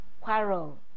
Quarrel